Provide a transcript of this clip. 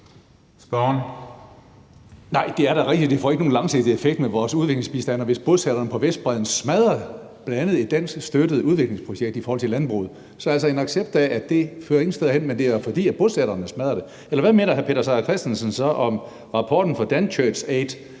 Hønge (SF): Nej, det er da rigtigt, at det ikke får nogen langsigtet effekt med vores udviklingsbistand, hvis bosætterne på Vestbredden smadrer bl.a. et danskstøttet udviklingsprojekt i forhold til landbruget. Så altså, en accept af, at det ingen steder fører hen, men det er da, fordi bosætterne smadrer det. Eller hvad mener hr. Peter Seier Christensen så om rapporten fra DanChurchAid,